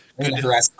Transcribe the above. Good